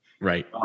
right